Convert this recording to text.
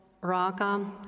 raga